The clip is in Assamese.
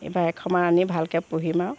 এইবাৰ এশমান আনি ভালকৈ পুহিম আৰু